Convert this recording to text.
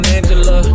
Angela